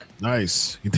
Nice